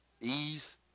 ease